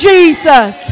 Jesus